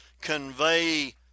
convey